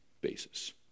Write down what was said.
basis